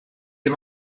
you